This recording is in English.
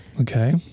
Okay